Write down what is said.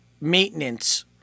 maintenance